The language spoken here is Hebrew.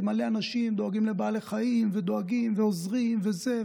מלא אנשים דואגים לבעלי חיים ודואגים ועוזרים וזה,